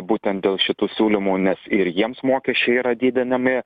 būtent dėl šitų siūlymų nes ir jiems mokesčiai yra didinami